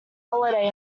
holiday